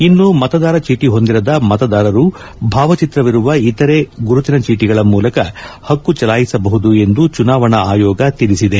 ಇನ್ನು ಮತದಾರ ಚೇಟಿ ಹೊಂದಿರದ ಮತದಾರರು ಭಾವಚಿತ್ರವಿರುವ ಇತರೆ ಗುರುತಿನ ಚೀಟಿಗಳ ಮೂಲಕ ಹಕ್ಕು ಚಲಾಯಿಸಬಹುದು ಎಂದು ಚುನಾವಣಾ ಆಯೋಗ ತಿಳಿಸಿದೆ